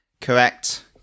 Correct